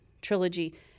trilogy